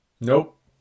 nope